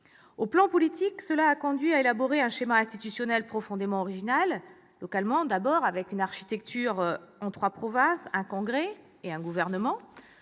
le plan politique, cela a conduit à élaborer un schéma institutionnel profondément original. Localement d'abord, avec une architecture en trois provinces, un congrès et un gouvernement.